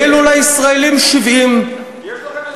ואילו לישראלים 70. יש לכם נתונים אמיתיים?